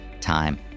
time